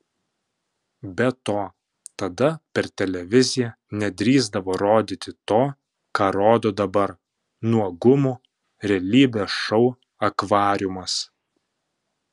be to tada per televiziją nedrįsdavo rodyti to ką rodo dabar nuogumų realybės šou akvariumas